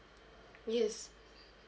yes